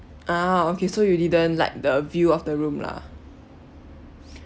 ah okay so you didn't like the view of the room lah